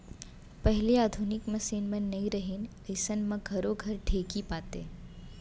पहिली आधुनिक मसीन मन नइ रहिन अइसन म घरो घर ढेंकी पातें